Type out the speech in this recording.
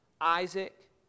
Isaac